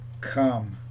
come